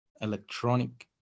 electronic